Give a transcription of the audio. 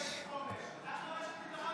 בעד חבר